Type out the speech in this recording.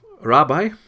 Rabbi